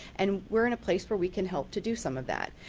and we are in a place where we can help to do some of that.